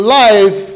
life